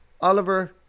Oliver